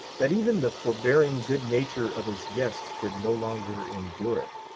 that even the forbearing good-nature of his guest could no longer endure it.